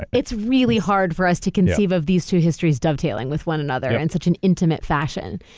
it's really hard for us to conceive of these two histories dovetailing with one another in such an intimate fashion.